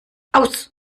aus